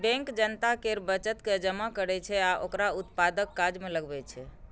bank जनता केर बचत के जमा करै छै आ ओकरा उत्पादक काज मे लगबै छै